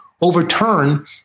overturn